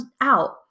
out